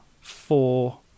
four